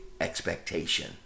expectation